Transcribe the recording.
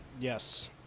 Yes